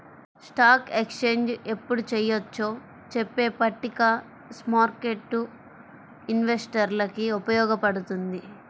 stock exchange ఎప్పుడు చెయ్యొచ్చో చెప్పే పట్టిక స్మార్కెట్టు ఇన్వెస్టర్లకి ఉపయోగపడుతుంది